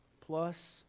plus